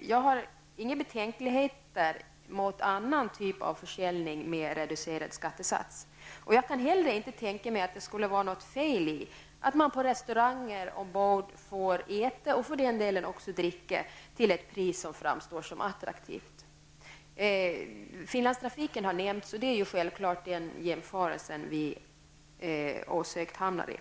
jag har inga betänkligheter mot annan typ av försäljning med reducerad skattesats. Jag kan heller inte tänka mig att det skulle vara något fel i att man i restaurangerna ombord får äta och för den delen också dricka till ett pris som framstår som attraktivt. Finlandstrafiken har nämnts, och det är självklart att det är den jämförelsen vi osökt hamnar i.